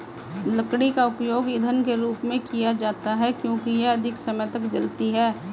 लकड़ी का उपयोग ईंधन के रूप में किया जाता है क्योंकि यह अधिक समय तक जलती है